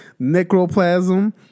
necroplasm